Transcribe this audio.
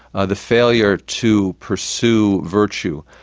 ah the failure to pursue virtue.